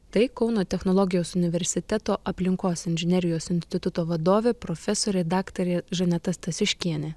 tai kauno technologijos universiteto aplinkos inžinerijos instituto vadovė profesorė daktarė žaneta stasiškienė